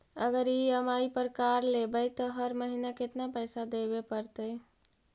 अगर ई.एम.आई पर कार लेबै त हर महिना केतना पैसा देबे पड़तै?